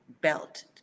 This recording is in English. belt